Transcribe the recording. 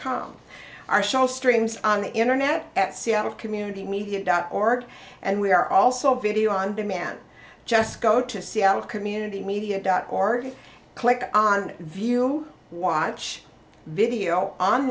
com our show streams on the internet at seattle community media dot org and we are also video on demand just go to c l community media dot org click on view watch video